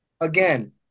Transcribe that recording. again